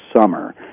Summer